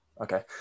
okay